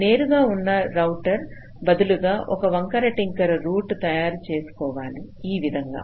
నేరుగా ఉన్న రౌటర్ బదులుగా ఒక వంకర టింకర రూట్ తయారుచేసుకోవాలి ఈ విధంగా